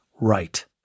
right